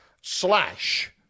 slash